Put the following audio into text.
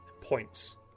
points